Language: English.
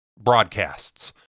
broadcasts